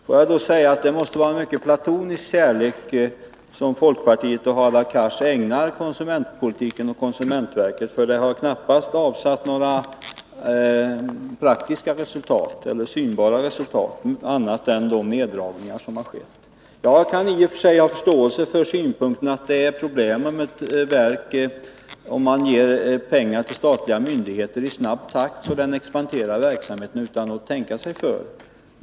Får jag då säga: Det måste vara en mycket platonisk kärlek som folkpartiet och Hadar Cars ägnar konsumentpolitiken och konsumentverket, för det har knappast avsatt några synbara resultat andra än de neddragningar som skett. Jag kan i och för sig ha förståelse för synpunkten att det är problem om man ger pengar till en statlig myndighet i så snabb takt att man expanderar verksamheten utan att tänka sig för.